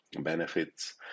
benefits